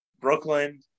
Brooklyn